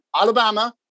Alabama